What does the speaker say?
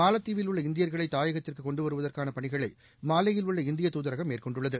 மாலத்தீவில் உள்ள இந்தியர்களை தாயகத்திற்கு கொண்டு வருவதற்கான பணிகளை மாலே யில் உள்ள இந்திய தூதரகம் மேற்கொண்டுள்ளது